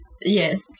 Yes